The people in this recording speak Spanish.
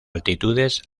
altitudes